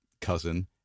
cousin